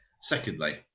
secondly